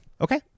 Okay